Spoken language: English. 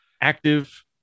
active